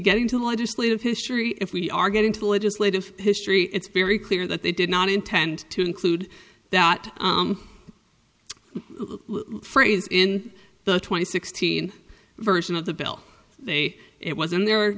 getting to legislative history if we are getting to the legislative history it's very clear that they did not intend to include that phrase in the twenty sixteen version of the bill they it was in there